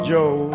Joe